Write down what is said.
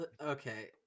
Okay